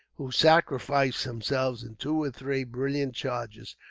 who sacrificed themselves in two or three brilliant charges,